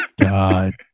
God